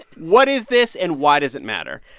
what is this, and why does it matter?